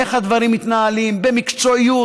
איך הדברים מתנהלים במקצועיות,